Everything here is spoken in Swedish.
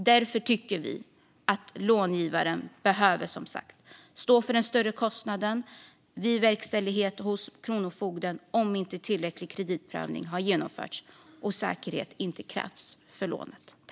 Vi tycker som sagt att långivaren ska behöva stå för en större kostnad vid verkställighet hos Kronofogden om inte tillräcklig kreditprövning har genomförts och om inte säkerhet krävts för lånet.